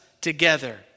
together